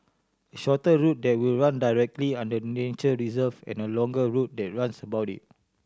a shorter route that will run directly under the nature reserve and a longer route that runs about it